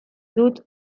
dut